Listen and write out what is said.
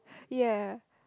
ya